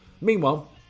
Meanwhile